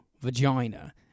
vagina